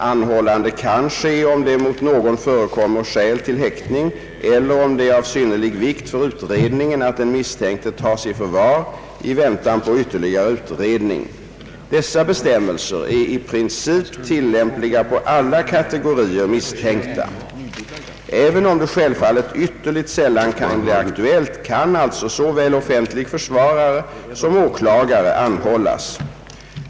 Anhållande kan ske, om det mot någon förekommer skäl till häktning eller om det är av synnerlig vikt för utredningen att den misstänkte tas i förvar i väntan på ytterligare utredning. Dessa bestämmelser är i princip till lämpliga på alla kategorier misstänkta. Även om det självfallet ytterligt sällan kan bli aktuellt, kan alltså såväl offentlig försvarare som åklagare anhållas.